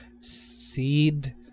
Seed